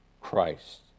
Christ